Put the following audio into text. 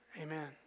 Amen